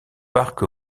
parc